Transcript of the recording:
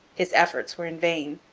his efforts were in vain.